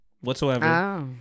whatsoever